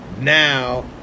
now